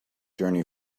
journey